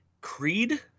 Creed